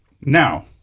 now